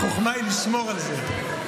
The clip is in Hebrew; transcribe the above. החוכמה היא לשמור על זה.